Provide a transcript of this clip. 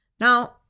Now